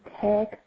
tag